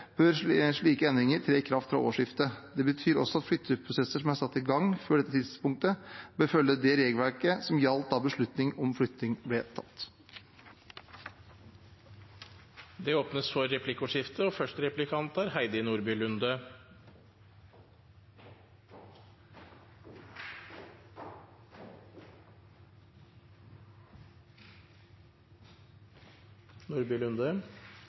bør slike endringer tre i kraft fra årsskiftet. Det betyr også at flytteprosesser som er satt i gang før dette tidspunktet, bør følge det regelverket som gjaldt da beslutning om flytting ble tatt. Det blir replikkordskifte. Som sagt, Høyre er for pensjon fra første